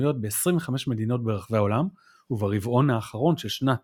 חנויות ב-25 מדינות ברחבי העולם וברבעון האחרון של שנת